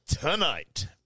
tonight